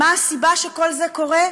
מה הסיבה שכל זה קורה?